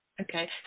Okay